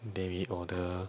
then we order